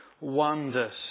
wonders